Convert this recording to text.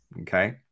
okay